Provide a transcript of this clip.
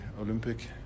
Olympic